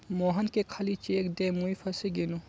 मोहनके खाली चेक दे मुई फसे गेनू